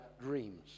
dreams